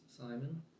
Simon